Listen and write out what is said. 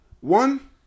one